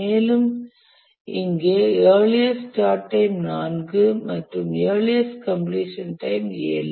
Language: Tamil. மேலும் இங்கே இயர்லியஸ்ட் ஸ்டார்ட்டைம் 4 மற்றும் இயர்லியஸ்ட் கம்பிளீஷன் டைம் 7